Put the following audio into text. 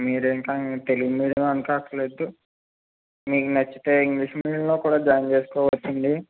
మీరు ఇంక తెలుగు మీడియం అనుకోనక్కరలేదు మీకు నచ్చితే ఇంగ్లీష్ మీడియంలో కూడా జాయిన్ చేసుకోవచ్చు అండీ